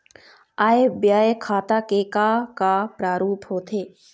आय व्यय खाता के का का प्रारूप होथे?